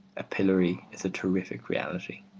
a pillory is a terrific reality.